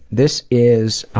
this is.